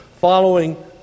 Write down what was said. following